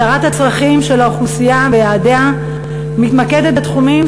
הגדרת הצרכים של האוכלוסייה ויעדיה מתמקדת בתחומים